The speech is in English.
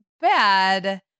bad